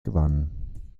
gewann